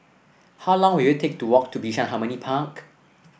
how long will it take to walk to Bishan Harmony Park